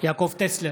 יעקב טסלר,